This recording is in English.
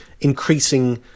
increasing